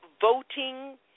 voting